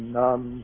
none